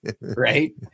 Right